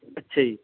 ਅੱਛਾ ਜੀ